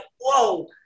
whoa